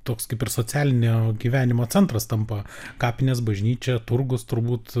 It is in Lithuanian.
toks kaip ir socialinio gyvenimo centras tampa kapinės bažnyčia turgus turbūt